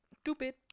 stupid